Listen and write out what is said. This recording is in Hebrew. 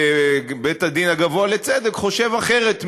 כבית-הדין הגבוה לצדק חושב אחרת ממני,